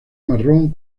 marrón